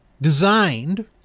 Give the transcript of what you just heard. designed